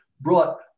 brought